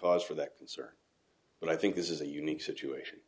cause for that concern but i think this is a unique situation